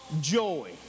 joy